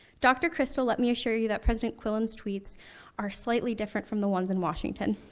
dr. kristol, let me assure you that president quillen's tweets are slightly different from the ones in washington.